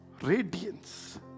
radiance